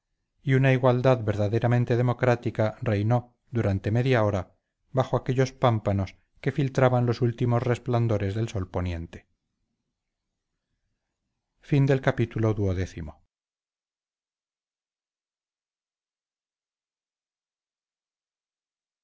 y una igualdad verdaderamente democrática reinó durante media hora bajo aquellos pámpanos que filtraban los últimos resplandores del sol poniente